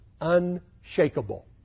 unshakable